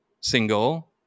single